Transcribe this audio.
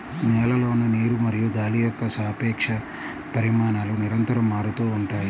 నేలలోని నీరు మరియు గాలి యొక్క సాపేక్ష పరిమాణాలు నిరంతరం మారుతూ ఉంటాయి